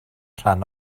rhan